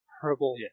herbal